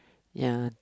ya